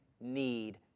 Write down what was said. need